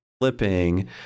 flipping